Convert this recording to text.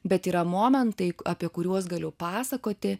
bet yra momentai apie kuriuos galiu pasakoti